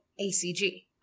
ACG